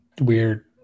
weird